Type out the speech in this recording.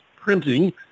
printing